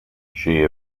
she